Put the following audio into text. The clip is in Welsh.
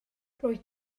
rwyt